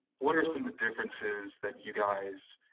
what are some of the differences that you guys